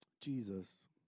Jesus